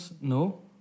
no